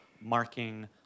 marking